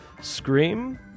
Scream